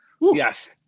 Yes